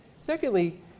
Secondly